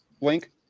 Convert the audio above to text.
link